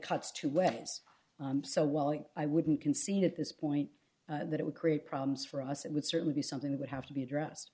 cuts to weapons so while i wouldn't concede at this point that it would create problems for us it would certainly be something we would have to be addressed